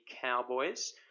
Cowboys